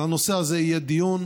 על הנושא הזה יהיה דיון,